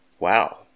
Wow